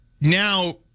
now